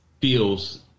feels